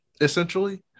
essentially